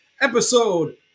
episode